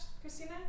Christina